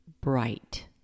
bright